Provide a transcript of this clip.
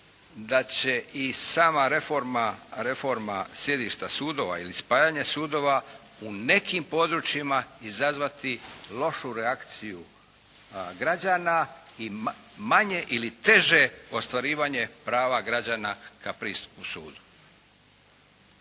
da će i sama reforma sjedišta sudova ili spajanje sudova u nekim područjima izazvati lošu reakciju građana i manje ili teže ostvarivanje prava građana …